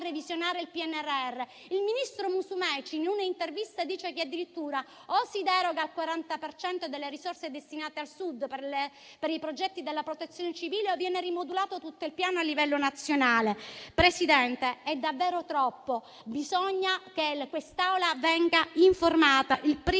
revisionare il PNRR. Il ministro Musumeci, in una intervista, dice che addirittura o si deroga al 40 per cento delle risorse destinate al Sud per i progetti dalla Protezione civile o viene rimodulato tutto il Piano a livello nazionale. Presidente, è davvero troppo, bisogna che questa Assemblea venga informata il